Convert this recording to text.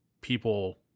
people